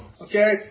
Okay